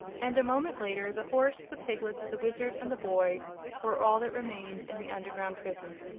and a moment later the horse, the piglets, the wizard and the boy were all that remained in the underground prison.